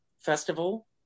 Festival